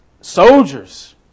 soldiers